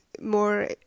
more